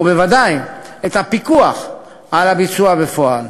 ובוודאי את הפיקוח על הביצוע בפועל.